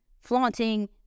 flaunting